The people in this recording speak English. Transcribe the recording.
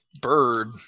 bird